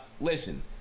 Listen